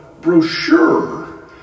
brochure